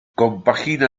compagina